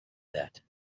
that